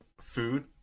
food